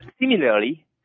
Similarly